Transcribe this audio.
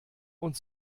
und